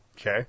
Okay